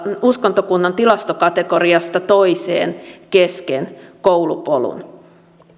uskontokunnan tilastokategoriasta toiseen kesken koulupolun